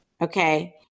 okay